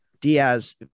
Diaz